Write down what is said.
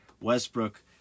Westbrook